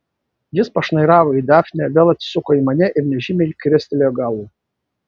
jis pašnairavo į dafnę vėl atsisuko į mane ir nežymiai krestelėjo galva